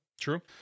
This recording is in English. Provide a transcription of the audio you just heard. True